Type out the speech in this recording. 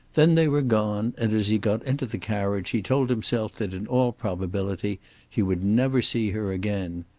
then they were gone, and as he got into the carriage he told himself that in all probability he would never see her again.